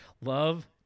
Love